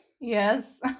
yes